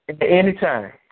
Anytime